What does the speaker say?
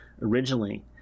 originally